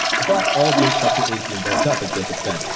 but all of the infrastructure is being built up, as jacob said,